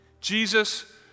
Jesus